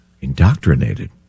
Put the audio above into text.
Indoctrinated